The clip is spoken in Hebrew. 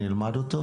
שנלמד אותו.